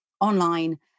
online